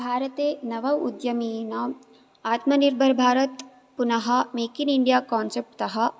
भारते नव उद्यमेनां आत्मनिर्भर् भारत् पुनः मेकिन् इण्डिया कोन्सेप्ट्तः